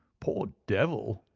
poor devil!